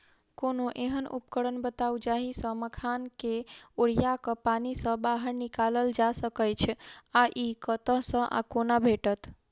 कोनों एहन उपकरण बताऊ जाहि सऽ मखान केँ ओरिया कऽ पानि सऽ बाहर निकालल जा सकैच्छ आ इ कतह सऽ आ कोना भेटत?